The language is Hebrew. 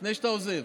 לפני שאתה עוזב.